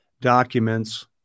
documents